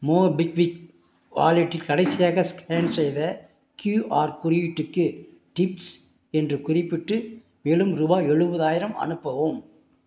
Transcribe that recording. MobiKwik வாலெட்டில் கடைசியாக scan செய்த க்யூஆர் குறியீட்டுக்கு டிப்ஸ் என்று குறிப்பிட்டு மேலும் ரூபாய் எழுபதாயிரம் அனுப்பவும்